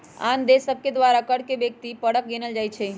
आन देश सभके द्वारा कर के व्यक्ति परक गिनल जाइ छइ